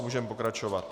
Můžeme pokračovat.